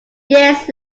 years